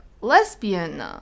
lesbian